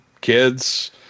kids